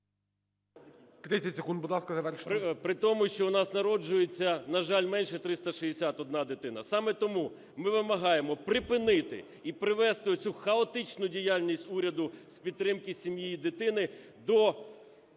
При тому, що у нас народжується, на жаль, менше – 361 дитина. Саме тому ми вимагаємо припинити і привести оцю хаотичну діяльність уряду з підтримки сім'ї і дитини до